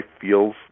feels